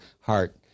heart